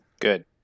Good